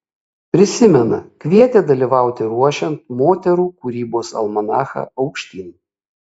prisimena kvietė dalyvauti ruošiant moterų kūrybos almanachą aukštyn